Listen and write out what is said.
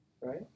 Right